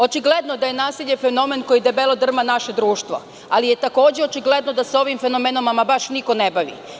Očigledno je da je nasilje fenomen koji debelo drma naše društvo, ali je takođe očigledno da se ovim fenomenom baš niko ne bavi.